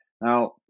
now